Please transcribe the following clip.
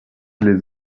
les